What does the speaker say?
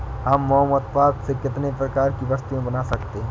हम मोम उत्पाद से कितने प्रकार की वस्तुएं बना सकते हैं?